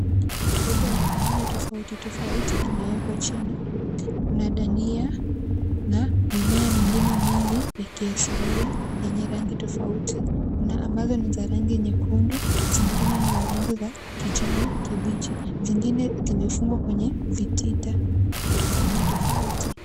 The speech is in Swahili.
Mboga ya aina tofauti tofauti imewekwa chini. Kuna dania na mimea mingine mingi ya kiasilia yenye rangi tofauti. Kuna ambazo ni za rangi nyekundu zingine ni za rangi za kijani kibichi. Zingine zimefungwa kwenye vitita tofauti tofauti.